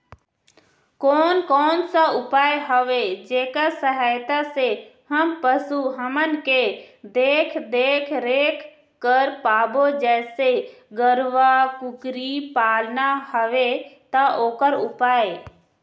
कोन कौन सा उपाय हवे जेकर सहायता से हम पशु हमन के देख देख रेख कर पाबो जैसे गरवा कुकरी पालना हवे ता ओकर उपाय?